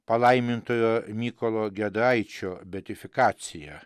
palaimintojo mykolo giedraičio beatifikaciją